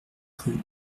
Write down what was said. rue